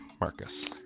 Marcus